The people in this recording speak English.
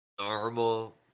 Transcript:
normal